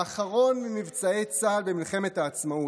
האחרון ממבצעי צה"ל במלחמת העצמאות,